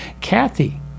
Kathy